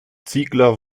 ziegler